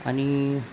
आणि